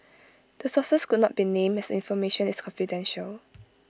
the sources could not be named as the information is confidential